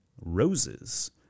roses